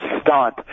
stunt